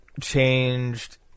changed